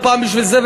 ופעם בשביל זה,